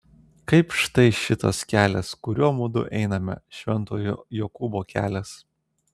kaip štai šitas kelias kuriuo mudu einame šventojo jokūbo kelias